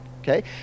okay